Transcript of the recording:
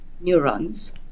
neurons